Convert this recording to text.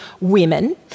women